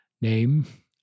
name